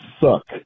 suck